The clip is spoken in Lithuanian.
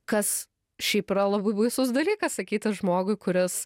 kas šiaip yra labai baisus dalykas sakyti žmogui kuris